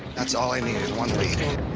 that's all i needed. one lead.